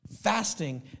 Fasting